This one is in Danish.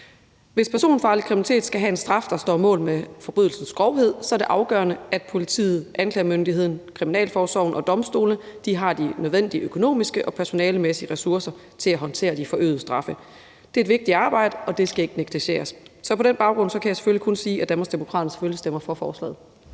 Hvis personfarlig kriminalitet skal have en straf, der står mål med forbrydelsens grovhed, er det afgørende, at politiet, anklagemyndigheden, kriminalforsorgen og domstolene har de nødvendige økonomiske og personalemæssige ressourcer til at håndtere de forøgede straffe. Det er et vigtigt arbejde, og det skal ikke negligeres. Så på den baggrund kan jeg selvfølgelig kun sige, at Danmarksdemokraterne stemmer for forslaget.